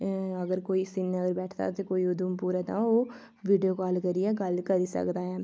अऽ अगर कोई सिरीनगर बैठे दा ऐ ते कोई उधमपुर ऐ तां ओह् वीडियो काल करियै गल्ल करी सकदा ऐ